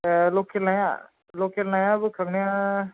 ऐ लकेल नाया लकेल नाया बोखांनाया